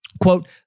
quote